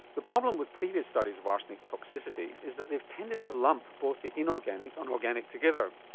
the problem with previous studies of arsenic toxicity is that they've tended to lump both the inorganic and organic together.